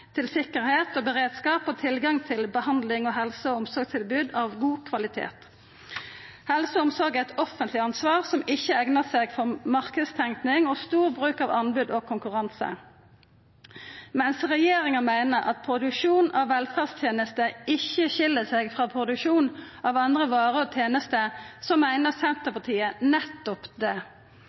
til sikkerheit og beredskap og tilgang til behandling og helse- og omsorgstilbod av god kvalitet. Helse og omsorg er eit offentleg ansvar, som ikkje eignar seg for marknadstenking og stor bruk av anbod og konkurranse. Mens regjeringa meiner at produksjon av velferdstenester ikkje skil seg frå produksjon av andre varer og tenester, meiner Senterpartiet nettopp det.